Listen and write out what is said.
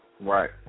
Right